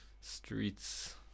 streets